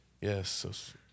Yes